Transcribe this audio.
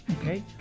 okay